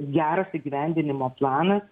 geras įgyvendinimo planas